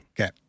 Okay